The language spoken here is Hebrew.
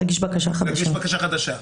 רק אחרי חמש שנים הוא צריך להגיש בקשה חדשה.